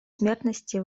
смертности